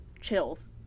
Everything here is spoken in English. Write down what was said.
Chills